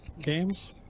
games